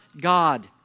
God